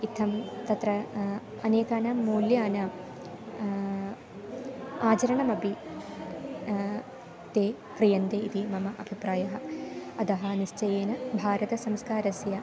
इत्थं तत्र अनेकानां मूल्यानां आचरणमपि ते क्रियन्ते इति मम अभिप्रायः अतः निश्चयेन भारतसंस्कारस्य